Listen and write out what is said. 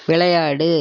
விளையாடு